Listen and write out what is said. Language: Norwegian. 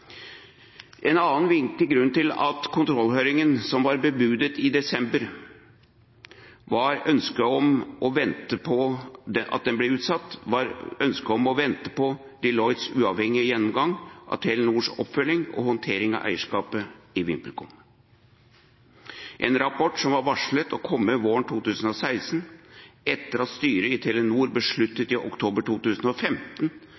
En annen viktig grunn til at kontrollhøringen som var bebudet i desember, ble utsatt, var ønsket om å vente på Deloittes uavhengige gjennomgang av Telenors oppfølging og håndtering av eierskapet i VimpelCom. Det var en rapport som var varslet å komme våren 2016, etter at styret i Telenor